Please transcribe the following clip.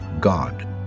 God